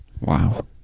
Wow